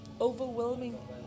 overwhelming